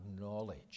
knowledge